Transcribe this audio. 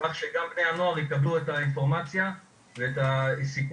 כך שגם בני הנוער יקבלו את האינפורמציה ואת הסיכונים